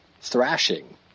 thrashing